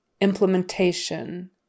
Implementation